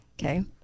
Okay